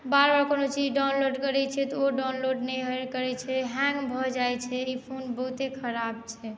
बार बार कोनो चीज डाउनलोड करैत छियै तऽ ओ डाउनलोड नहि होयल करैत छै हैंग भऽ जाइत छै ई फोन बहुते खराब छै